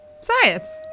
Science